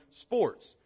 sports